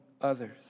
others